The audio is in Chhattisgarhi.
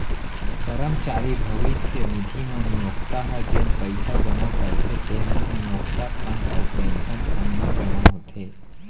करमचारी भविस्य निधि म नियोक्ता ह जेन पइसा जमा करथे तेन ह नियोक्ता फंड अउ पेंसन फंड म जमा होथे